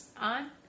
on